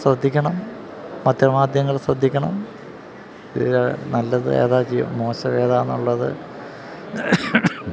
ശ്രദ്ധിക്കണം പത്രമാധ്യമങ്ങൾ ശ്രദ്ധിക്കണം ഇതില് നല്ലതേതാണ് മോശമേതാണെന്നുള്ളത്